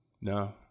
No